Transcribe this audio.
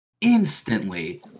instantly